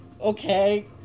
Okay